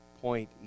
point